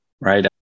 right